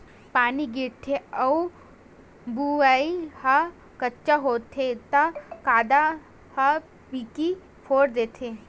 पानी गिरथे अउ भुँइया ह कच्चा होथे त कांदा ह पीकी फोर देथे